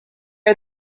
are